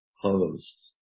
closed